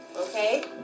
Okay